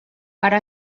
però